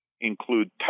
include